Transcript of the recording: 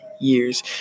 years